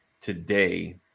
today